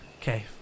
Okay